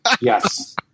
Yes